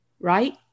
right